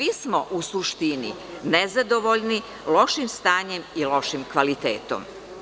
U suštini, svi smo nezadovoljni lošim stanjem i lošim kvalitetom.